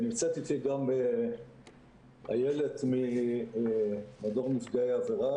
נמצאת איתי גם איילת ממדור נפגעי עבירה,